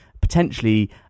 potentially